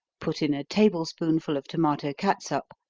put in a table spoonful of tomato catsup,